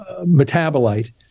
metabolite